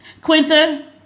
Quinta